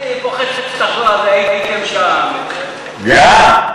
אני פוחד שתחזור על זה, הייתם שם, גם.